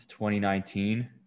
2019